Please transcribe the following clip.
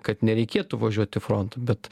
kad nereikėtų važiuoti frontu bet